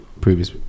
previous